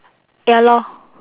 ya lor